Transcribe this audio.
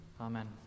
Amen